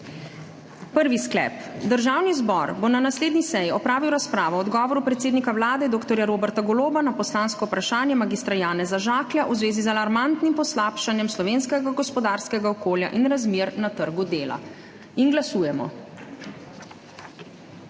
Prvi sklep: Državni zbor bo na naslednji seji opravil razpravo o odgovoru predsednika Vlade dr. Roberta Goloba na poslansko vprašanje mag. Janeza Žaklja v zvezi z alarmantnim poslabšanjem slovenskega gospodarskega okolja in razmer na trgu dela. Glasujemo.